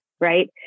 right